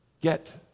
get